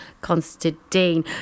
Constantine